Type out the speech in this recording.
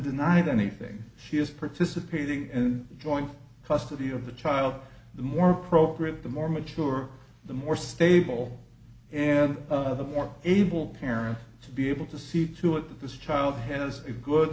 denied anything she is participating in joint custody of the child the more appropriate the more mature the more stable and more able parent to be able to see to it that this child has a good